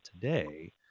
today